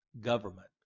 government